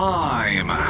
time